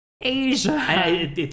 Asia